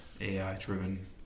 AI-driven